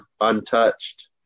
untouched